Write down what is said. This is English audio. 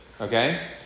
Okay